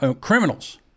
criminals